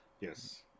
Yes